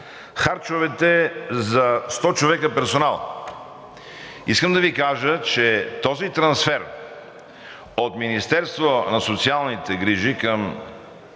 харчовете за 100 човека персонал. Искам да Ви кажа, че този трансфер от Министерството на социалните грижи към